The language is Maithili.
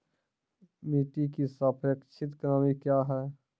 मिटी की सापेक्षिक नमी कया हैं?